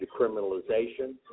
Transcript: decriminalization